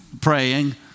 praying